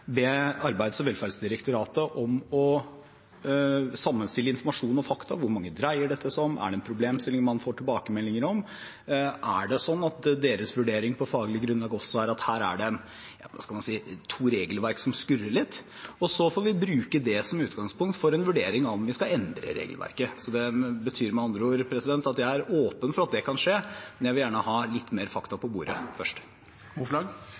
Arbeids- og velferdsdirektoratet om å sammenstille informasjon og fakta: Hvor mange dreier det seg om? Er det en problemstilling man får tilbakemeldinger om? Er det slik at deres vurdering på faglig grunnlag også er at her er det – hva skal jeg si – to regelverk som skurrer litt? Så får vi bruke det som utgangspunkt for en vurdering av om vi skal endre regelverket. Det betyr med andre ord at jeg er åpen for at det kan skje, men jeg vil gjerne ha litt flere fakta på bordet først.